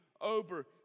over